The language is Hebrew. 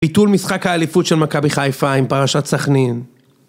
פיתול משחק האליפות של מכבי חיפה עם פרשת סכנין